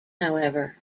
however